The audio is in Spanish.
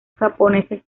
japoneses